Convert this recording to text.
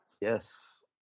Yes